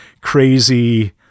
crazy